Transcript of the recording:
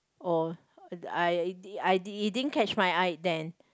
oh I I it didn't catch my eye then